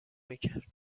میکر